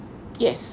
yes